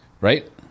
right